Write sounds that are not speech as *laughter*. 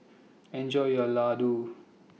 Enjoy your Ladoo *noise*